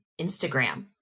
Instagram